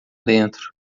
dentro